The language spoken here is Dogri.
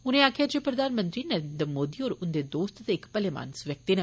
उनें आखेआ जे प्रधानमंत्री नरेन्द्र मोदी होर उंदे दोस्त ते इक भलेमानस व्यक्ति न